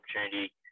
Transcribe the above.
opportunity